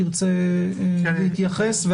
תרצה להתייחס?